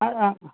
அவ்வளோ தான்